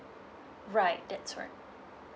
right that's right